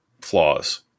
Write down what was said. flaws